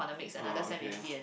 oh okay